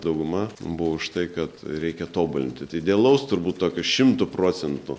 dauguma buvo už tai kad reikia tobulinti tai idealaus turbūt tokio šimtu procentų